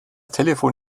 telefon